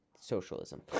Socialism